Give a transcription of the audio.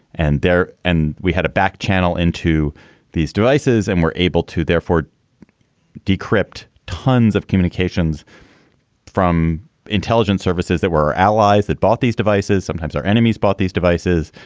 and there. and we had a back channel into these devices. and we're able to therefore decrypt tons of communications from intelligence services that were allies that bought these devices. sometimes our enemies bought these devices.